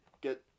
get